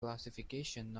classification